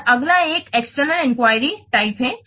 और अगला एक एक्सटर्नल इंक्वायरी प्रकार है